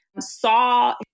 Saw